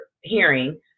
Hearing